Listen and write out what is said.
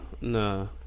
No